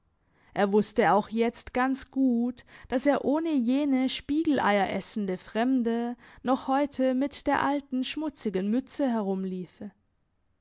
er wusste auch jetzt ganz gut dass er ohne jene spiegeleieressende fremde noch heute mit der alten schmutzigen mütze herumliefe